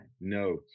No